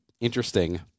Interesting